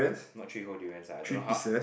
not three whole durians uh I don't know how